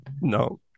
no